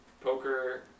poker